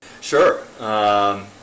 Sure